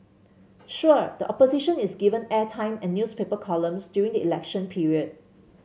sure the Opposition is given airtime and newspaper columns during the election period